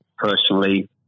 Personally